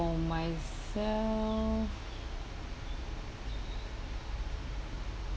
for myself